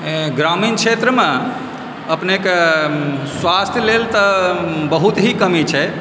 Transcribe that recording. ग्रामीण क्षेत्रमे अपनेके स्वास्थ लेल तऽ बहुत ही कमी छै